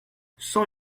cent